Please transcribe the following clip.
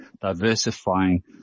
diversifying